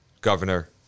governor